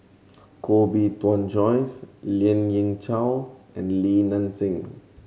Koh Bee Tuan Joyce Lien Ying Chow and Li Nanxing